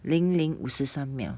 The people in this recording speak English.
零零五十三秒